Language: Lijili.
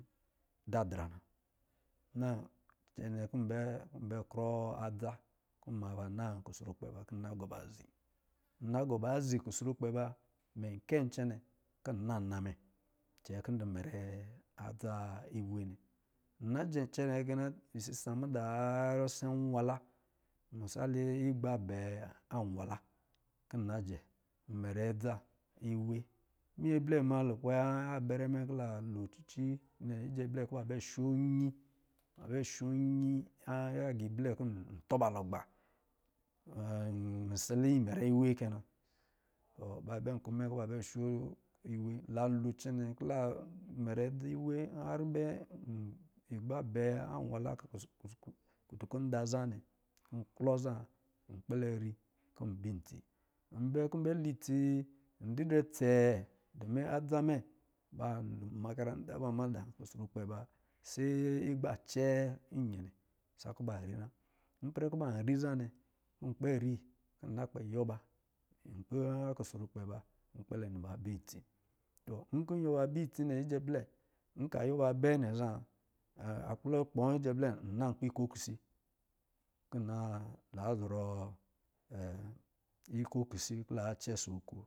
Dadra, na cɛ kɔ̄ bɛ krɔ adza na nkpi kusrukpɛ kɔ̄ nna gɔ ba zi nkɔ̄ gɔ ba zi kusrukpɛ ba kɔ̄ kɛ na nna mɛ cɛ kɔ̄ ndɔ mɛrɛ adza iwe nnɛ nnajɛ cɛ kɛna sisa yar se nwala misalikigba bɛɛ an wala kɔ̄ na jɛ nmɛrɛ adza iwe, manyɛ blɛ ma lukpɛ abara mɛ nkɔ̄ la lo cici njɛ blɛ kɔ̄ ba bɛ sho nyi, ha bɛ sho iwe halo cɛnɛ kɛ na mara adza iwe yari ba igba bɛɛ anwala kutu kɔ̄ nda za nnɛ nklɔ za nkpɛlɛ ri kɔ̄ nba itsi nbɛ kɔ̄ nbɛ li tisi ndidrɛ tsee dumu adzu mɛ ba dɔlnmaganiz mada, kusrukpɛ ba se igba cɛɛ iyɛnɛ sakɔ̄ ba rina ipɛrɛ kɔ̄ ban riza nnɛ kɔ̄ nkpɛ kpɛlɛ ni babɛ itsi iblɛ nna nkpi ikɔ kisi kɔ̄ la na zɔrɔ iko si, kɔ̄ la nɛ cɛ si nko.